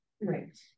right